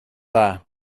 dda